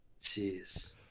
Jeez